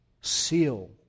seal